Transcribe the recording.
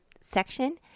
section